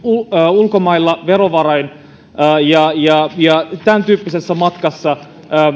ulkomailla verovaroin ja ja tämäntyyppisellä matkalla